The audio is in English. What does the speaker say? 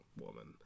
woman